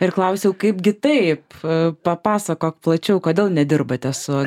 ir klausiau kaipgi taip papasakok plačiau kodėl nedirbate su